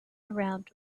around